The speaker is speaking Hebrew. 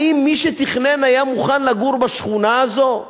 האם מי שתכנן היה מוכן לגור בשכונה הזאת?